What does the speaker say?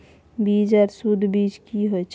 बीज आर सुध बीज की होय छै?